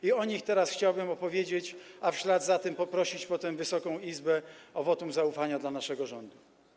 I o nich teraz chciałbym opowiedzieć, a w ślad za tym poprosić potem Wysoką Izbę o wotum zaufania dla naszego rządu.